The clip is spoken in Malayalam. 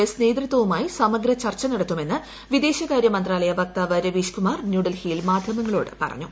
എസ് നേതൃത്വവുമായി സമഗ്ര ചർച്ച നടത്തുമെന്ന് വിദേശകാര്യമന്ത്രാലയ വക്താവ് രവീഷ് കുമാർ ന്യൂഡൽഹിയിൽ മാധ്യമങ്ങളോട് പറഞ്ഞു